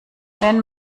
wenn